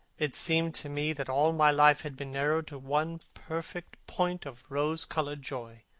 it seemed to me that all my life had been narrowed to one perfect point of rose-coloured joy.